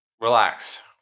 relax